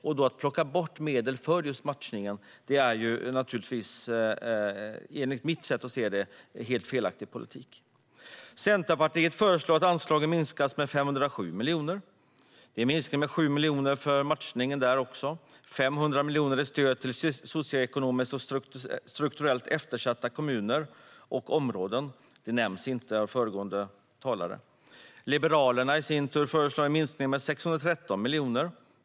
Att då plocka bort medel till just matchningen är naturligtvis enligt mitt sätt att se det helt felaktig politik. Centerpartiet föreslår att anslagen minskas med 507 miljoner. Det är en minskning med 7 miljoner till matchningen där också, och det är 500 miljoner mindre i stöd till socioekonomiskt och strukturellt eftersatta kommuner och områden. Det nämndes inte av föregående talare. Liberalerna föreslår i sin tur en minskning med 613 miljoner.